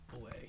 away